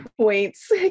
points